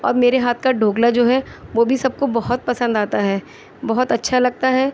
اور میرے ہاتھ کا ڈھوکلا جو ہے وہ بھی سب کو بہت پسند آتا ہے بہت اچھا لگتا ہے